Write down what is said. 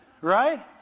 Right